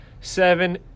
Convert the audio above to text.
seven